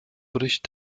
bricht